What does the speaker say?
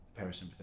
parasympathetic